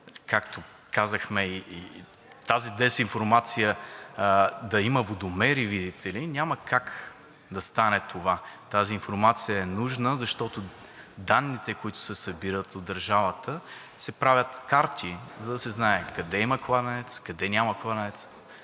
както казахме, тази дезинформация да има водомери, видите ли, няма как да стане това. Тази информация е нужна, защото данните, които се събират от държавата, се правят карти, за да се знае къде има кладенец, къде няма кладенец,